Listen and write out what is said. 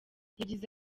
yagize